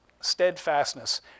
steadfastness